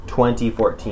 2014